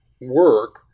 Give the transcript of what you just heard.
work